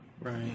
Right